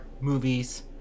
movies